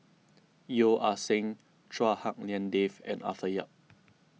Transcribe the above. Yeo Ah Seng Chua Hak Lien Dave and Arthur Yap